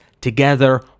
Together